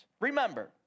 Remember